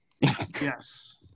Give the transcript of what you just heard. Yes